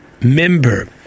member